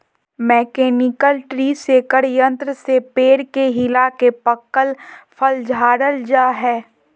mechanical tree shaker यंत्र से पेड़ के हिलाके पकल फल झारल जा हय